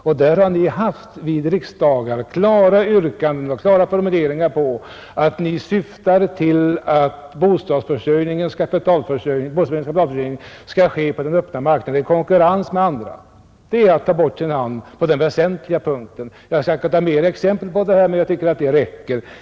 Vid tidigare riksdagar har ni framställt klara yrkanden som syftat till att bostadsbyggandets kapitalförsörjning skall ske på den öppna marknaden i konkurrens med andra ändamål. Det är att ta bort sin hand från det som är mest väsentligt. Jag skulle kunna ta fler exempel på det, men jag tycker att det här räcker.